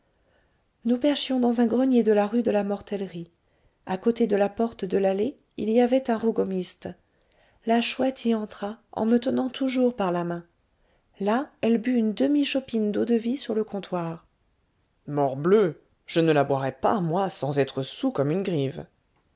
nous perchions dans un grenier de la rue de la mortellerie à côté de la porte de l'allée il y avait un rogomiste la chouette y entra en me tenant toujours par la main là elle but une demi chopine d'eau-de-vie sur le comptoir morbleu je ne la boirais pas moi sans être soûl comme une grive